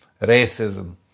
racism